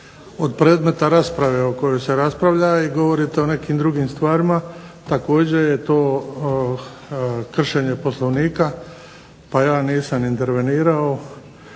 od predmeta rasprave o kojoj se raspravlja i govorite o nekim drugim stvarima, također je to kršenje Poslovnika pa ja nisam intervenirao,